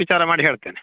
ವಿಚಾರ ಮಾಡಿ ಹೇಳ್ತೇನೆ